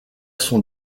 son